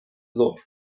ظهر